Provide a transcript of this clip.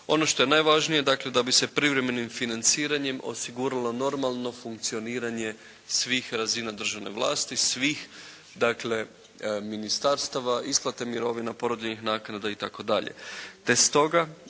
Ono što je najvažnije, dakle da bi se privremenim financiranjem osiguralo normalno funkcioniranje svih razina državne vlasti, svih dakle ministarstava, isplate mirovina, porodiljnih naknada, itd.